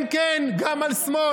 כן, כן, גם על שמאל.